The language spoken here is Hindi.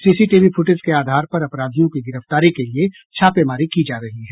सीसीटीवी फुटेज के आधार पर अपराधियों की गिरफ्तारी के लिये छापेमारी की जा रही है